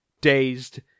dazed